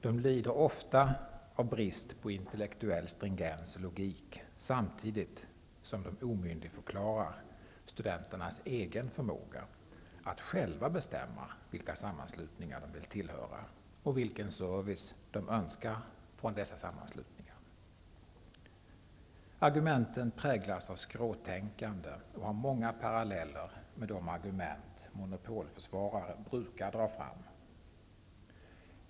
De lider ofta brist på intellektuell stringens och logik, samtidigt som de omyndigförklarar studenternas egen förmåga att själva bestämma vilka sammanslutningar de vill tillhöra och vilken service de önskar från dessa sammanslutningar. Argumenten präglas av ett skråtänkande och har många paralleller med det som monopolförsvarare brukar dra fram.